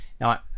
Now